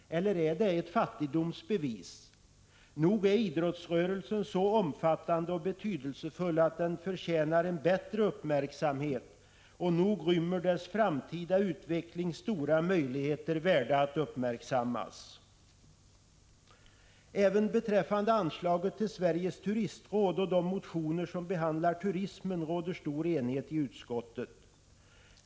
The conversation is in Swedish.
Eller är det ett fattigdomsbevis? Nog är idrottsrörelsen så omfattande och betydelsefull att den förtjänar en bättre uppmärksamhet och nog rymmer dess framtida utveckling stora möjligheter värda att uppmärksammas! Även beträffande anslaget till Sveriges turistråd och de motioner som behandlar turismen råder stor enighet i utskottet.